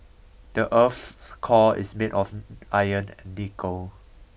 the earth's core is made of iron and nickel